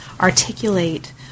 articulate